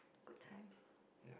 good times